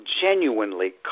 genuinely